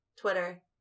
Twitter